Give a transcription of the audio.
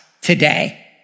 today